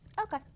Okay